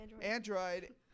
Android